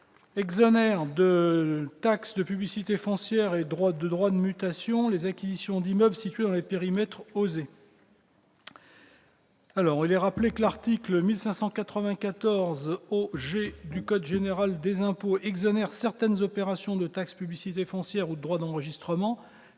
d'exonérer de taxe de publicité foncière et de droits de mutation les acquisitions d'immeubles situés dans les périmètres OSER. Il est rappelé que l'article 1594-0 G du code général des impôts exonère certaines opérations de taxe de publicité foncière ou de droits d'enregistrement.